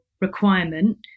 requirement